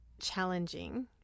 challenging